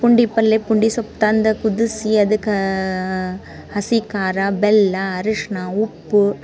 ಪುಂಡಿ ಪಲ್ಲೆ ಪುಂಡಿ ಸೊಪ್ಪು ತಂದು ಕುದಿಸಿ ಅದಕ್ಕೆ ಹಸಿ ಖಾರ ಬೆಲ್ಲ ಅರ್ಶಿಣ ಉಪ್ಪು